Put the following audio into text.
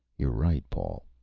you're right, paul.